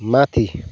माथि